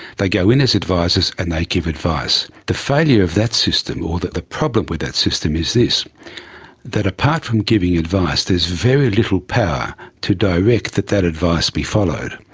they go in as advisers and they give advice. the failure of that system or the problem with that system is this that apart from giving advice there's very little power to direct that that advice be followed.